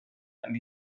and